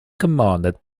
commanded